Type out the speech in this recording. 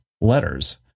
letters